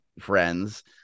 friends